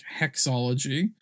Hexology